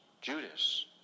Judas